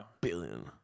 Billion